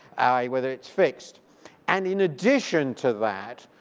ah whether it's fixed and in addition to that,